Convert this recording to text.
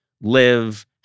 live